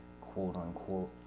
quote-unquote